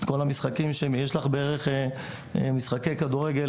יש בערך 700 משחקי כדורגל,